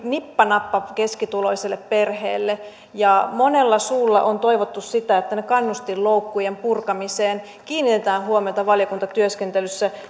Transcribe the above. nippa nappa keskituloiselle perheelle ja monella suulla on toivottu sitä että näiden kannustinloukkujen purkamiseen kiinnitetään huomiota valiokuntatyöskentelyssä